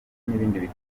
n’ibindi